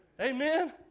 Amen